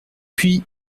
puis